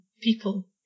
people